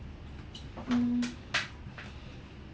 mm